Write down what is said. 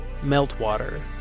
Meltwater